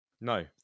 No